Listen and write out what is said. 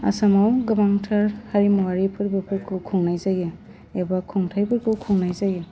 आसामाव गोबांथार हारिमुवारि फोरबोफोरखौ खुंनाय जायो एबा खुंथाइफोरखौ खुंनाय जायो